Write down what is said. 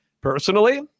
Personally